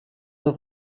nhw